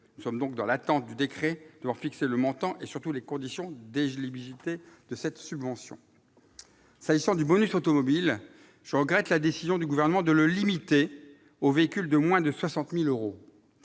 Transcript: Nous sommes donc dans l'attente du décret devant fixer le montant et, surtout, les conditions d'éligibilité de cette subvention. Concernant le bonus automobile, je regrette la décision du Gouvernement de le limiter aux véhicules de moins de 60 000 euros.